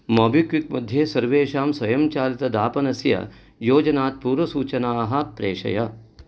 MobiKwik मध्ये सर्वेषां स्वयंचलितदापनस्य योजनात् पूर्वंसूचनाः प्रेषय